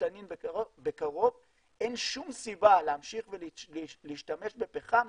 ותנין בקרוב אין שום סיבה להמשיך ולהשתמש בפחם.